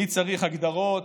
מי צריך הגדרות?